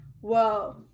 Whoa